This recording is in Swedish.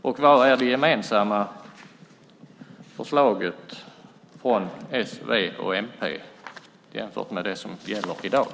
Och vilket är det gemensamma förslaget från s, v och mp jämfört med det som gäller i dag?